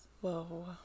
Whoa